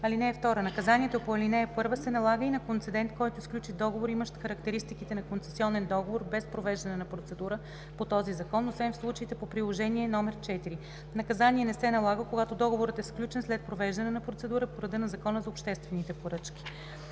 лв. (2) Наказанието по ал. 1 се налага и на концедент, който сключи договор, имащ характеристиките на концесионен договор, без провеждане на процедура по този Закон, освен в случаите по Приложение № 4. Наказание не се налага, когато договорът е сключен след провеждане на процедура по реда на Закона за обществените поръчки.